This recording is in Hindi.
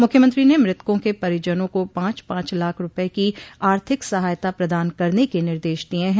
मुख्यमंत्री ने मृतकों के परिजनों को पांच पांच लाख रूपये की आर्थिक सहायता प्रदान करने के निर्देश दिये हैं